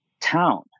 town